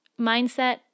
mindset